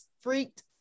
freaked